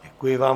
Děkuji vám.